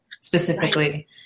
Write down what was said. specifically